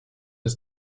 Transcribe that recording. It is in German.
ist